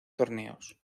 torneos